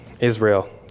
Israel